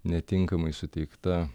netinkamai suteikta